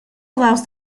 allows